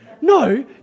No